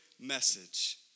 message